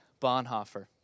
Bonhoeffer